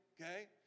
Okay